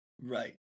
right